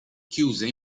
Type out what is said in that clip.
chiuse